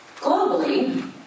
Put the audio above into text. Globally